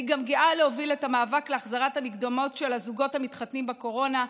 אני גם גאה להוביל את המאבק להחזרת המקדמות של הזוגות המתחתנים בקורונה,